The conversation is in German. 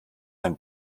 ein